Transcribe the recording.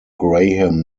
graham